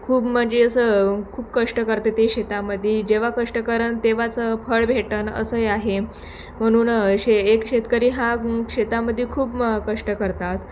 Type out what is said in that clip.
खूप म्हणजे असं खूप कष्ट करते ते शेतामध्ये जेव्हा कष्ट करणं तेव्हाच फळ भेटन असंही आहे म्हणून शे एक शेतकरी हा शेतामध्ये खूप कष्ट करतात